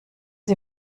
sie